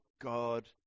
God